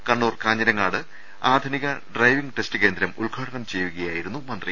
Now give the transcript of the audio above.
കണ്ണൂർ കാഞ്ഞിരങ്ങാട് ആധുനിക driving test കേന്ദ്രം ഉദ്ഘാടനം ചെയ്യുകയായിരുന്നു മന്ത്രി